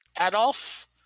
Adolf